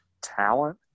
talent